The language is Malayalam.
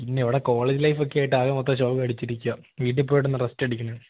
പിന്നെ ഇവിടെ കോളേജ് ലൈഫൊക്കെയായിട്ട് ആകെ മൊത്തം ശോകമടിച്ചിരിക്കുകയാണ് വീട്ടില് പോയിട്ടൊന്ന് റെസ്റ്റെടുക്കണം